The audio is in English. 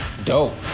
dope